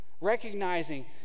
recognizing